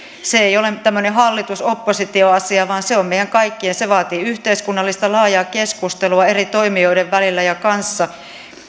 se ei ole tämmöinen hallitus oppositio asia vaan se on meidän kaikkien se vaatii laajaa yhteiskunnallista keskustelua eri toimijoiden välillä ja kanssa